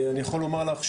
אני יכול לומר לך,